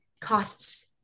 costs